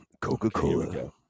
Coca-Cola